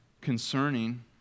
concerning